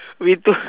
we two